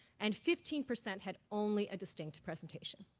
and fifteen percent had only a distinct presentation.